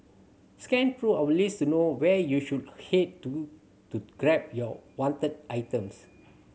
scan through our list to know where you should head to to grab your wanted items